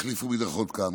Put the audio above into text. החליפו מדרכות כאן.